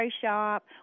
Shop